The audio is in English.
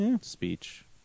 speech